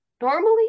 normally